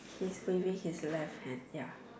he's waving his left hand ya